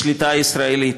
בשליטה ישראלית.